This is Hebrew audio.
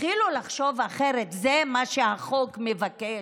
תתחילו לחשוב אחרת, זה מה שהחוק מבקש,